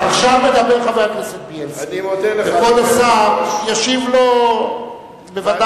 עכשיו מדבר חבר הכנסת בילסקי וכבוד השר ישיב לו בוודאי.